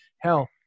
Hell